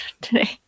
today